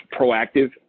proactive